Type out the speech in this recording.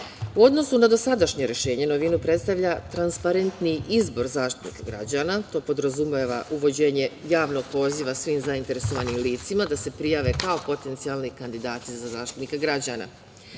odnosu na dosadašnje rešenje novinu predstavlja transparenti izbor Zaštitnika građana. To podrazumeva uvođenje javnog poziva svim zainteresovanim licima da se prijave kao potencijalni kandidati za Zaštitnika građana.